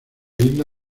isla